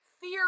fear